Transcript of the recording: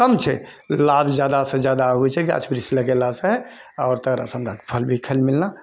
कम छै लाभ ज्यादासँ ज्यादा आबै छै गाछ वृक्ष लगेलासँ आओर तरह तरहके फल भी खाइलए मिललै